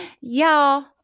Y'all